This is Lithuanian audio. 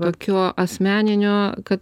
tokio asmeninio kad